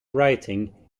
writing